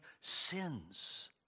sins